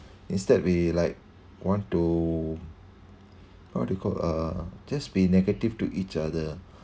instead we like want to what do you call uh just be negative to each other